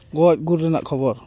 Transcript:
ᱜᱚᱡᱼᱜᱩᱨ ᱨᱮᱱᱟᱜ ᱠᱷᱚᱵᱚᱨ